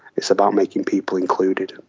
it's about making people included.